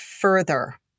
further